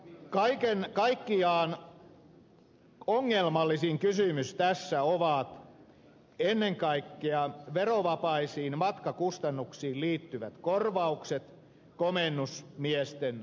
kaiken kaikkiaan ongelmallisin kysymys tässä on ennen kaikkea verovapaisiin matkakustannuksiin liittyvät korvaukset komennusmiesten osalta